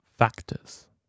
factors